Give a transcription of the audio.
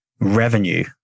revenue